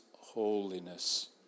holiness